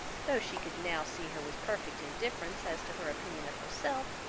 though she could now see her with perfect indifference as to her opinion of herself,